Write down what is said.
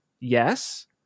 yes